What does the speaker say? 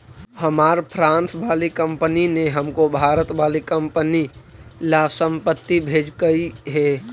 हमार फ्रांस वाली कंपनी ने हमको भारत वाली कंपनी ला संपत्ति भेजकई हे